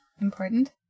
important